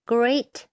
Great